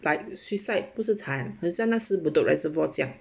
like suicide 不是惨好像那时 bedok reservoir 这样